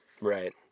Right